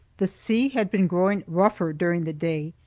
the sea had been growing rougher during the day,